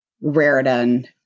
Raritan